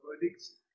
verdicts